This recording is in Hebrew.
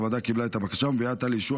הוועדה קיבלה את הבקשה ומביאה עתה לאישור